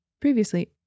previously